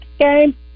game